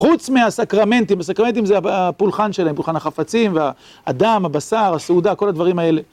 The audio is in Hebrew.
חוץ מהסקרמנטים - הסקרמנטים זה הפולחן שלהם, פולחן החפצים והאדם, הבשר, הסעודה, כל הדברים האלה.